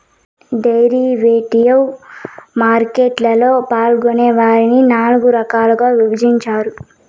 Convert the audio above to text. derivative market లలో పాల్గొనే వారిని నాల్గు రకాలుగా విభజించారు